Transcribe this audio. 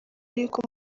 y’uko